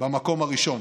במקום הראשון.